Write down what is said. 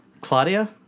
Claudia